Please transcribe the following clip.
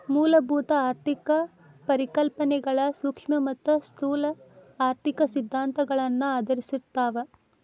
ಮೂಲಭೂತ ಆರ್ಥಿಕ ಪರಿಕಲ್ಪನೆಗಳ ಸೂಕ್ಷ್ಮ ಮತ್ತ ಸ್ಥೂಲ ಆರ್ಥಿಕ ಸಿದ್ಧಾಂತಗಳನ್ನ ಆಧರಿಸಿರ್ತಾವ